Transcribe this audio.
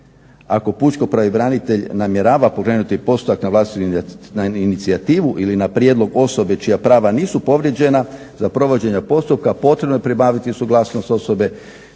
Ako pučki pravobranitelj namjerava pokrenuti postupak na vlastitu inicijativu ili na prijedlog osobe čija prava nisu povrijeđena za provođenje postupka potrebno je pribaviti suglasnost osobe